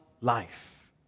life